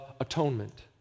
atonement